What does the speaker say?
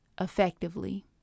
effectively